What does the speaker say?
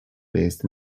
based